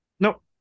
No